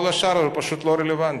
כל השאר פשוט לא רלוונטי.